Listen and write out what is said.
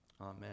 Amen